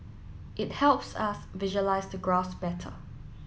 it helps us visualize the graphs better